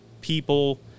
people –